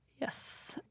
Yes